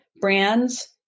brands